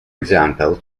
example